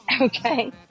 Okay